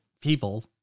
people